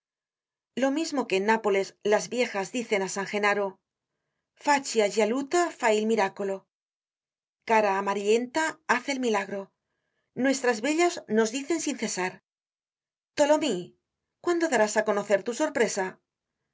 lo mismo que en nápoles las viejas dicen á san genaro faceta gialluta fa il miracolo cara amarillenta haz el milagro nuestras bellas nos dicen sin cesar tholomyes cuándo darás á conocer tu sorpresa